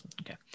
Okay